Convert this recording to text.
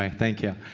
thank you.